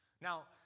Now